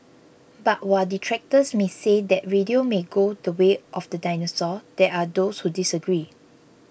but while detractors may say that radio may go the way of the dinosaur there are those who disagree